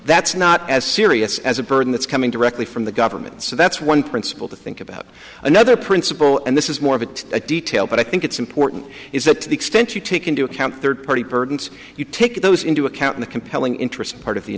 that's not as serious as a burden that's coming directly from the government so that's one principle to think about another principle and this is more of a detail but i think it's important is that to the extent you take into account third party burdens you take those into account in the compelling interest part of the